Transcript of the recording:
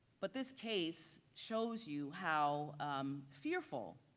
but this case shows you how fearful